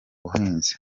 bahinzi